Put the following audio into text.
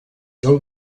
del